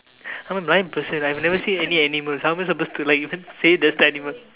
I'm a blind person I've never seen any animal how am I supposed to like even say this animal